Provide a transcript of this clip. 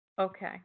Okay